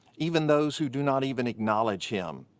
even those who do not even acknowledge him.